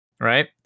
right